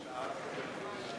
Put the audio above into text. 8 נתקבלו.